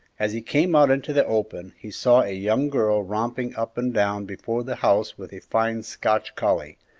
as he came out into the open, he saw a young girl romping up and down before the house with a fine scotch collie,